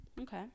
Okay